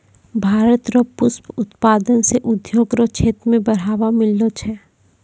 भारत रो पुष्प उत्पादन से उद्योग रो क्षेत्र मे बढ़ावा मिललो छै